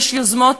יש יוזמות,